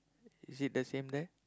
is it the same there